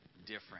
different